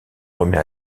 remet